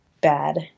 bad